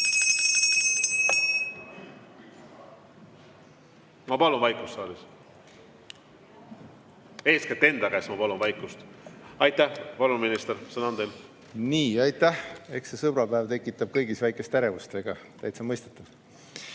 Ma palun vaikust saalis. Eeskätt enda käest ma palun vaikust. Aitäh! Palun, minister! Sõna on teil. Aitäh! Eks see sõbrapäev tekitab kõigis väikest ärevust, täitsa mõistetav. Nii.